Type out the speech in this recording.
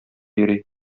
йөри